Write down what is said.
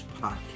podcast